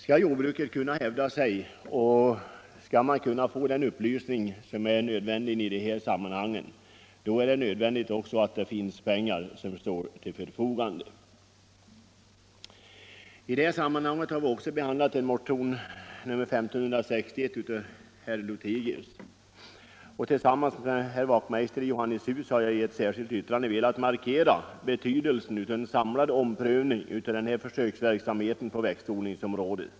Skall jordbruket kunna hävda sig och skall jordbrukarna kunna få den upplysning som de behöver är det nödvändigt att pengar står till förfogande. I detta sammanhang har vi också behandlat motionen 1561 av herr Lothigius, och tillsammans med herr Wachtmeister i Johannishus har jag i ett särskilt yttrande, nr 3, velat markera betydelsen av en samlad omprövning av försöksverksamheten på växtodlingsområdet.